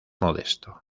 modesto